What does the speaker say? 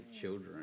children